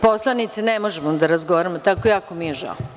Poslanice, ne možemo da razgovaramo tako, jako mi je žao.